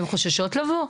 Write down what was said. הן חוששות לבוא?